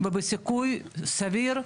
וסיכוי סביר,